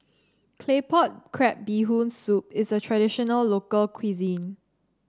Claypot Crab Bee Hoon Soup is a traditional local cuisine